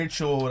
show